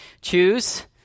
choose